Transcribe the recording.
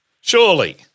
surely